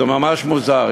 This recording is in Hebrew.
זה ממש מוזר.